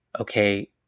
Okay